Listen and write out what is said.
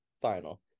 final